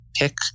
pick